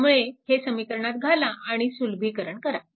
त्यामुळे हे समीकरणात घाला आणि सुलभीकरण करा